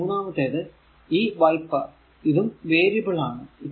ഇനി മൂന്നാമത്തേത് ഈ വൈപ്പർ ഇതും വേരിയബിൾ ആണ്